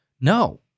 No